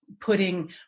putting